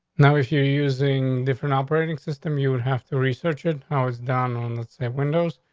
now, if you're using different operating system, you would have to research it ah was done on the windows.